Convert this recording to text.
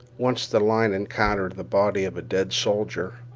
once the line encountered the body of a dead soldier.